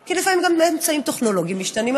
כי לפעמים גם אמצעים טכנולוגיים משתנים,